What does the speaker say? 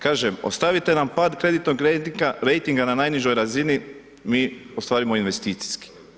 Kažem, ostavite nam pad kreditnog rejtinga na najnižoj razini mi ostvarimo investicijski.